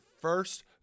first